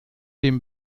dem